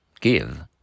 Give